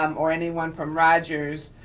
um or anyone from rogers,